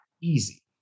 easy